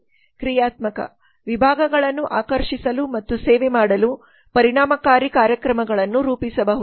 ಕ್ರಿಯಾತ್ಮಕ ವಿಭಾಗಗಳನ್ನು ಆಕರ್ಷಿಸಲು ಮತ್ತು ಸೇವೆ ಮಾಡಲು ಪರಿಣಾಮಕಾರಿ ಕಾರ್ಯಕ್ರಮಗಳನ್ನು ರೂಪಿಸಬಹುದು